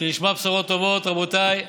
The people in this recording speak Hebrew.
שנשמע בשורות טובות, רבותיי.